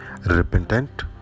repentant